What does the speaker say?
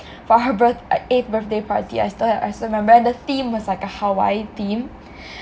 for our birth like eighth birthday party I still have I still remember and the theme was like a hawaii theme